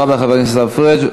תודה רבה, חבר הכנסת עיסאווי פריג'.